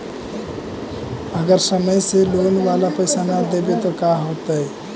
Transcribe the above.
अगर समय से लोन बाला पैसा न दे पईबै तब का होतै?